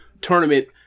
Tournament